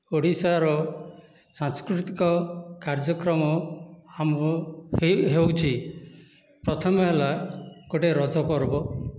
ଓଡ଼ିଶାର ସାଂସ୍କୃତିକ କାର୍ଯ୍ୟକ୍ରମ ଆମ ହେଉଛି ପ୍ରଥମେ ହେଲା ଗୋଟିଏ ରଜ ପର୍ବ